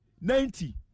ninety